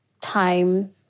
time